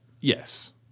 Yes